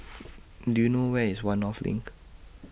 Do YOU know Where IS one North LINK